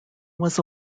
was